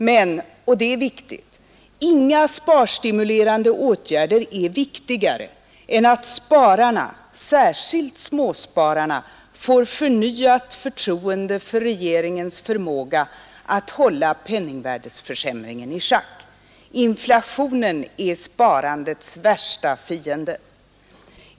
Men — och detta är viktigt — inga sparstimulerande åtgärder är så viktiga som att spararna, särskilt småspararna, får förnyat förtroende för regeringens förmåga att hålla penningvärdeförsämringen i schack. Inflationen är sparandets värsta fiende.